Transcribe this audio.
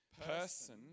person